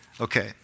Okay